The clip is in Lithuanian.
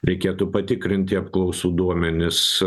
reikėtų patikrinti apklausų duomenis